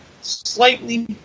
slightly